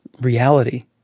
reality